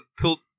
tool